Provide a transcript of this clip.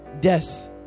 death